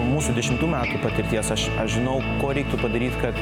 mūsų dešimtų metų patirties aš žinau ko reiktų padaryt kad